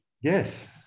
yes